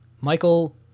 Michael